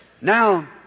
Now